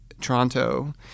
Toronto